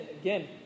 again